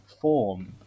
form